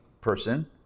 person